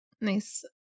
Nice